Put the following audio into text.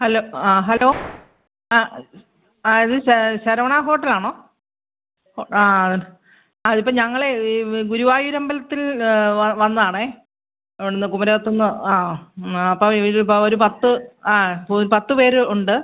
hello ആ hello ആ ആ ഇത് ശ ശരവണ ഹോട്ടലാണോ ഹോ ആ അതിപ്പോൾ ഞങ്ങളേ ഈ ഗുരുവായൂരമ്പലത്തിൽ വ വന്നതാണ് അവിടുന്ന് കുമരകത്തുന്ന് ആ അപ്പോൾ ഇവർ ഇപ്പം ഒരു പത്ത് ആ ഒരു പത്ത് പേര് ഉണ്ട്